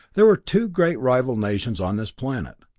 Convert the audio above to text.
there were two great rival nations on this planet.